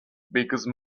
because